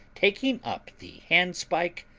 taking up the handspike,